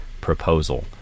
proposal